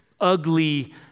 ugly